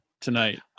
tonight